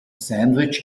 sandwich